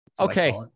Okay